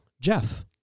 Jeff